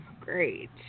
great